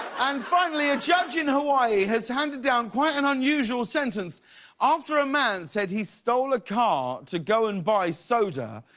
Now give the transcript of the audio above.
and finally a judge in hawaii has handed down quite an unusual sentence after a man said he stole a car to go and buy soda,